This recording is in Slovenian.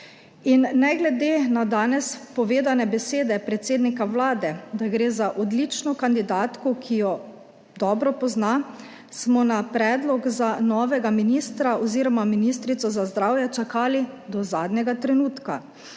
In ne glede na danes povedane besede predsednika Vlade, da gre za odlično kandidatko, ki jo dobro pozna, smo na predlog za novega ministra oziroma ministrico za zdravje čakali do zadnjega trenutka.